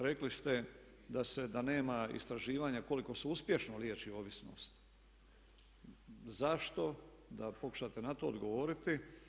Rekli ste, da se, da nema istraživanja koliko se uspješno liječi ovisnost zašto da pokušate na to odgovoriti.